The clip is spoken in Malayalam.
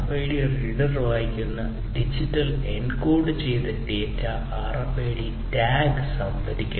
RFID റീഡർ വായിക്കുന്ന ഡിജിറ്റൽ എൻകോഡ് ചെയ്ത ഡാറ്റ RFID ടാഗ് സംഭരിക്കുന്നു